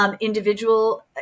individual